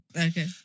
Okay